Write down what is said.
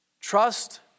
Trust